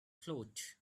float